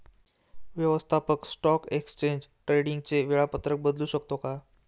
व्यवस्थापक stock exchange ट्रेडिंगचे वेळापत्रक बदलू शकतो का?